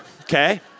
Okay